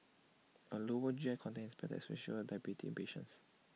A lower G I content is better especially diabetes patients